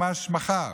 ממש מחר.